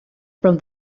from